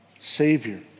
Savior